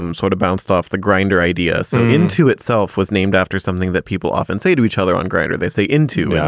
um sort of bounced off the grinder. ideas into itself was named after something that people often say to each other on grider. they say into,